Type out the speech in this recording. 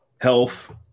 health